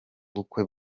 bukwe